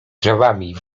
drzewami